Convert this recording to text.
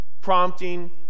prompting